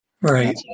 Right